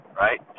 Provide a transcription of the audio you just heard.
right